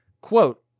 Quote